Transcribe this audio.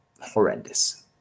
horrendous